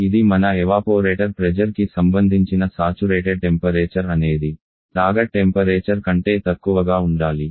ఇది మన evaporator pressure కి సంబంధించిన సాచురేటెడ్ టెంపరేచర్ అనేది లక్ష్య టెంపరేచర్ కంటే తక్కువగా ఉండాలి